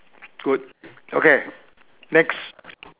good okay next